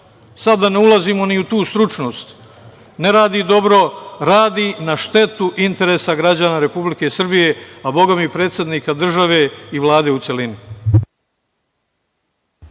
da ne ulazimo ni u tu stručnost, ne radi dobro, radi na štetu interesa građana Republike Srbije, a bogami i predsednika države i Vlade u celini.